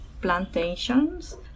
plantations